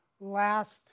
last